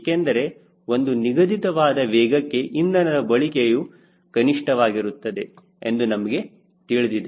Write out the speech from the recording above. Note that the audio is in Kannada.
ಏಕೆಂದರೆ ಒಂದು ನಿಗದಿತವಾದ ವೇಗಕ್ಕೆ ಇಂಧನದ ಬಳಕೆಯು ಕನಿಷ್ಠವಾಗಿರುತ್ತದೆ ಎಂದು ನಮಗೆ ತಿಳಿದಿದೆ